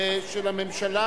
של הממשלה,